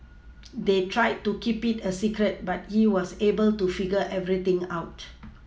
they tried to keep it a secret but he was able to figure everything out